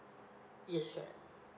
yes correct